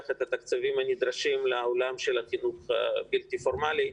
את התקציבים הנדרשים לעולם של החינוך הבלתי פורמלי.